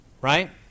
Right